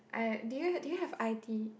uh do you do you have I_P